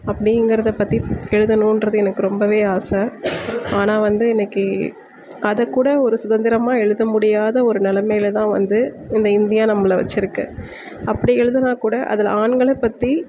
அப்படிங்கிறத பற்றி எழுதணுன்றது எனக்கு ரொம்பவே ஆசை ஆனால் வந்து இன்னக்கு அதைக்கூட ஒரு சுதந்திரமாக எழுத முடியாத ஒரு நிலமையில தான் வந்து இந்த இந்தியா நம்மளை வச்சி இருக்கு அப்படி எழுதுனா கூட அதில் ஆண்களை பற்றி